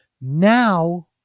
now